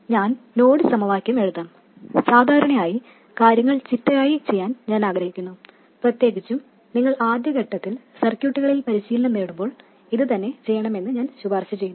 ഞാൻ നോഡ് സമവാക്യം എഴുതാം സാധാരണയായി കാര്യങ്ങൾ ചിട്ടയായി ചെയ്യാൻ ഞാൻ ആഗ്രഹിക്കുന്നു പ്രത്യേകിച്ചും നിങ്ങൾ ആദ്യഘട്ടത്തിൽ സർക്യൂട്ടുകളിൽ പരിശീലനം നേടുമ്പോൾ ഇത് തന്നെ ചെയ്യണമെന്ന് ഞാൻ ശുപാർശ ചെയ്യുന്നു